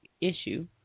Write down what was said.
issue